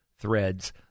threads